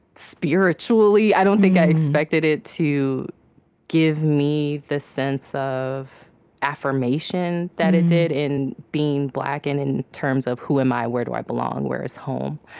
spiritually. i don't think i expected it to give me the sense of affirmation that it did, in being black and in terms of who am i where do i belong where is home?